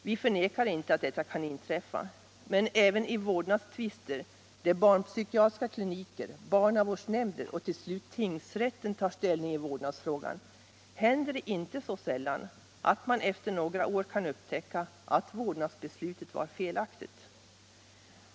Vi förnekar inte att detta kan inträffa men även i vårdnadstvister, där barnpsykiatriska kliniker, barnavårdsnämnder och till slut tingsrätten tar ställning i vårdnadsfrågan, händer det inte så sällan att man efter några år kan upptäcka att vårdnadsbeslutet var felaktigt.